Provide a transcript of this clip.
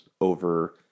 over